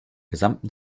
gesamten